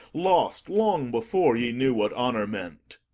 lost long before ye knew what honour meant.